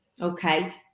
Okay